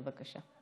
בבקשה.